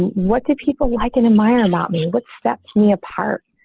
and what do people like in a minor, not me what set me apart.